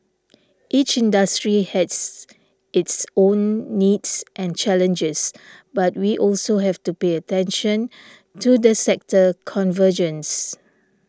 each industry has its own needs and challenges but we also have to pay attention to the sector convergence